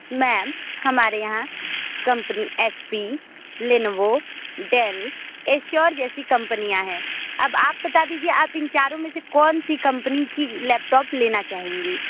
ma'am हमारे यहाँ company H P Lenovo Dell Acer जैसी कंपनियाँ हैं अब आप बता दीजिए आप इन चारों में से कौन सी कम्पनी की लैपटॉप लेना चाहेंगी